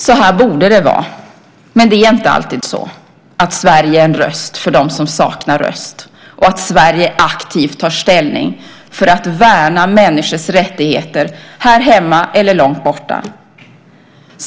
Så borde det vara, men det är inte alltid så att Sverige är en röst för dem som saknar röst och att Sverige aktivt tar ställning för att värna människors rättigheter här hemma eller långt borta.